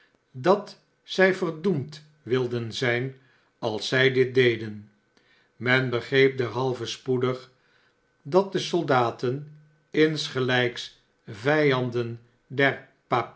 dat zij verdoemd wilden zijn als zy dit deden men begreep derhalve spoedig dat de soldaten msgelykj vijanden